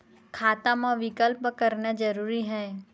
खाता मा विकल्प करना जरूरी है?